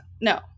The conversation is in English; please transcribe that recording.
No